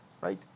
right